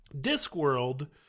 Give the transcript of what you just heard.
Discworld